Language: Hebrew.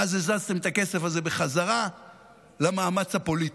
ואז הזזתם את הכסף הזה בחזרה למאמץ הפוליטי.